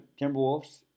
Timberwolves